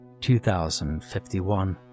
2051